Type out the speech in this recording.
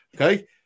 Okay